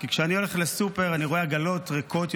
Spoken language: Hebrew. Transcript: כי כשאני הולך לסופר אני רואה עגלות ריקות יותר,